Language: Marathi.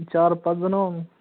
चार पाच जणं आहोत